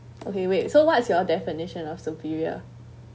okay wait so what's your definition of superior